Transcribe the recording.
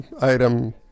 item